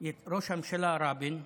ראש הממשלה רבין,